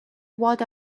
what